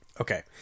Okay